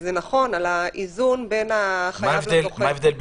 וזה נכון על האיזון- -- מה ההבדל?